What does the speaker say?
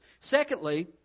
Secondly